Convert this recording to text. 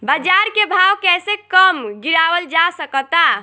बाज़ार के भाव कैसे कम गीरावल जा सकता?